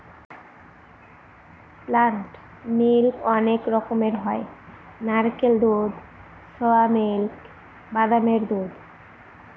plant milk অনেক রকমের হয় নারকেলের দুধ, সোয়া মিল্ক, বাদামের দুধ